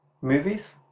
movies